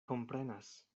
komprenas